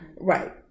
Right